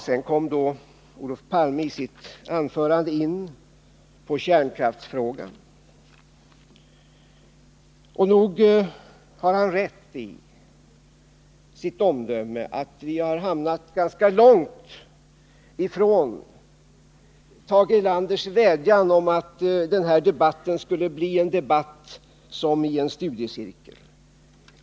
Olof Palme kommer i sitt anförande vidare in på kärnkraftsfrågan. Nog har han rätt i sitt omdöme att vi har hamnat ganska långt ifrån Tage Erlanders vädjan om att den här debatten skulle bli en sådan debatt som förs i en studiecirkel.